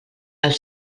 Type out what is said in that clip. els